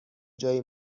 جایی